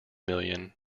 million